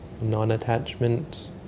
non-attachment